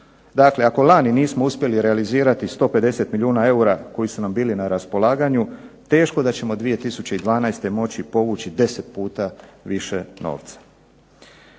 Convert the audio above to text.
Dakle, ako lani nismo uspjeli realizirati 150 milijuna eura koji su nam bili na raspolaganju teško da ćemo 2012. moći povući 10 puta više novca.